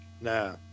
Nah